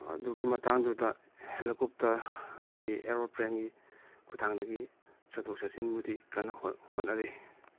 ꯑꯗꯨꯒꯤ ꯃꯇꯥꯡꯗꯨꯗ ꯍꯦꯂꯤꯀꯣꯞꯇꯔ ꯑꯗꯨꯗꯒꯤ ꯑꯦꯔꯣꯄ꯭ꯂꯦꯟꯒꯤ ꯈꯨꯊꯥꯡꯗꯒꯤ ꯆꯠꯊꯣꯛ ꯆꯠꯁꯤꯡꯕꯨꯗꯤ ꯀꯟꯅ ꯍꯣꯠ ꯍꯣꯠꯅꯔꯤ